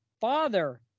father